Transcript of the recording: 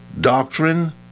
Doctrine